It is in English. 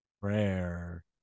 prayer